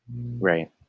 Right